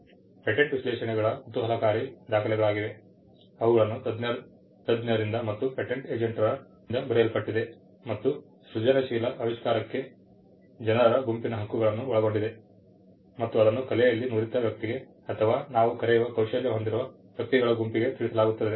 patent ವಿಶ್ಲೇಷಣೆಗಳ ಕುತೂಹಲಕಾರಿ ದಾಖಲೆಗಳಾಗಿವೆ ಅವುಗಳನ್ನು ತಜ್ಞರಿಂದ ಮತ್ತು ಪೇಟೆಂಟ್ ಏಜೆಂಟರ ಗುಂಪಿನಿಂದ ಬರೆಯಲ್ಪಟ್ಟಿದೆ ಮತ್ತು ಸೃಜನಶೀಲ ಆವಿಷ್ಕಾರಕ ಜನರ ಗುಂಪಿನ ಹಕ್ಕುಗಳನ್ನು ಒಳಗೊಂಡಿದೆ ಮತ್ತು ಅದನ್ನು ಕಲೆಯಲ್ಲಿ ನುರಿತ ವ್ಯಕ್ತಿಗೆ ಅಥವಾ ನಾವು ಕರೆಯುವ ಕೌಶಲ್ಯ ಹೊಂದಿರುವ ವ್ಯಕ್ತಿಗಳ ಗುಂಪಿಗೆ ತಿಳಿಸಲಾಗುತ್ತದೆ